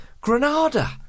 Granada